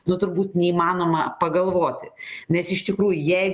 nu turbūt neįmanoma pagalvoti nes iš tikrųjų jei